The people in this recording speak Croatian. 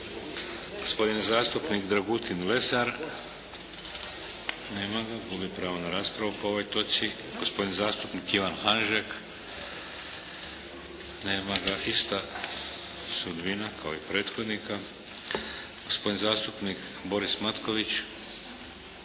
Gospodin zastupnik Dragutin Lesar. Nema ga, gubi pravo na raspravu po ovoj točci. Gospodin zastupnik Ivan Hanžek. Nema ga, ista sudbina kao i prethodnika. Gospodin zastupnik Boris Matković.